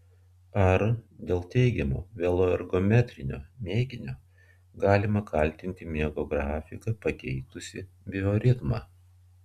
ar dėl teigiamo veloergometrinio mėginio galima kaltinti miego grafiką pakeitusį bioritmą